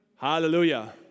Hallelujah